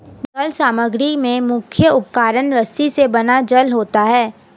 जल समग्री में मुख्य उपकरण रस्सी से बना जाल होता है